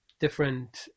different